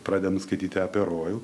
pradedam skaityti apie rojų